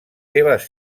seves